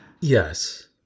Yes